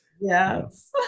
Yes